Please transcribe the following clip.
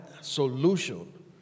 solution